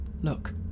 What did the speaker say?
Look